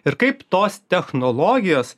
ir kaip tos technologijos